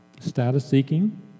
status-seeking